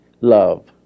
love